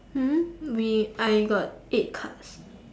um we I got eight cards